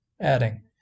adding